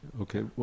Okay